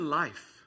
life